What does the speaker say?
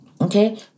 Okay